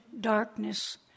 darkness